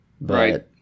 right